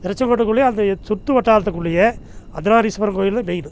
திருச்செங்கோட்டுக்குள்ளையே அந்த சுற்று வட்டாரத்துக்குள்ளேயே அர்த்தனாரீஸ்வரர் கோயில் தான் மெயின்